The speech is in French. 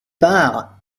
pars